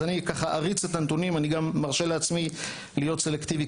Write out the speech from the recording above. אני מרשה לעצמי להיות סלקטיבי,